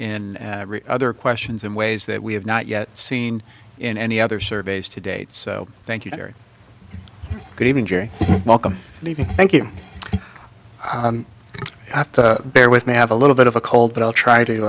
in other questions in ways that we have not yet seen in any other surveys to date so thank you very welcome and even thank you i have to bear with me i have a little bit of a cold but i'll try to